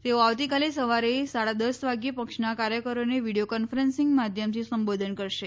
તેઓ આવતીકાલે સવારે સાડા દસ વાગ્યે પક્ષના કાર્યકરોને વિડિયો કોન્ફરન્સીંગ માધ્યમથી સંબોધન કરશે